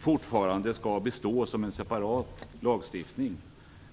får bestå som en separat lagstiftning.